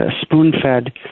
spoon-fed